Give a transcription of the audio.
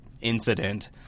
incident